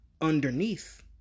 underneath